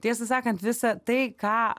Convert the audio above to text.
tiesą sakant visa tai ką